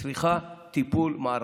צריכה טיפול מערכתי.